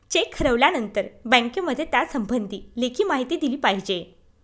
check हरवल्यानंतर बँकेमध्ये त्यासंबंधी लेखी माहिती दिली पाहिजे